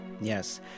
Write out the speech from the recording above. Yes